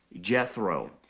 Jethro